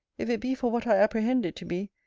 if it be for what i apprehend it to be,